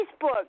Facebook